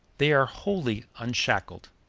they are wholly unshackled,